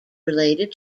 related